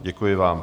Děkuji vám.